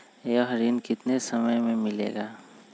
यह ऋण कितने समय मे मिलेगा?